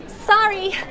Sorry